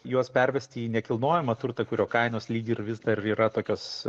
juos pervesti į nekilnojamą turtą kurio kainos lyg ir vis dar yra tokios